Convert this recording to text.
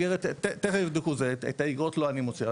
תכף יבדקו, את האגרות לא אני מוציא.